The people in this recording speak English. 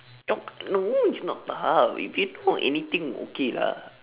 you no it's not tough if you know anything okay lah